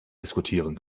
diskutieren